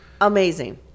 Amazing